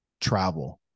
travel